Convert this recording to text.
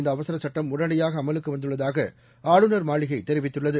இந்த அவசரச் சுட்டம் உடனடியாக அமலுக்கு வந்துள்ளதாக ஆளுநர் மாளிகை தெரிவித்துள்ளது